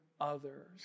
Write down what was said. others